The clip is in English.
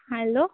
hello